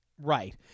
Right